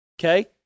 okay